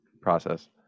process